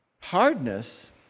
hardness